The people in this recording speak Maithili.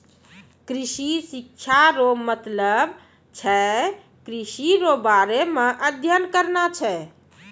कृषि शिक्षा रो मतलब छै कृषि रो बारे मे अध्ययन करना छै